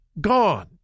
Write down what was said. gone